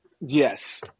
yes